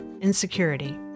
insecurity